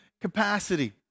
capacity